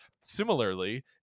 Similarly